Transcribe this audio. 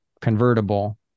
convertible